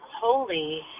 holy